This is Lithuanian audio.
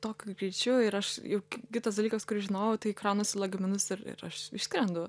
tokiu greičiu ir aš jau kitas dalykas kurį žinojau tai kraunuosi lagaminus ir ir aš išskrendu